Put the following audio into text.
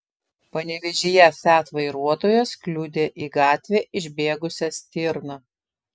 panevėžyje fiat vairuotojas kliudė į gatvę išbėgusią stirną